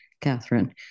Catherine